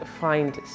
find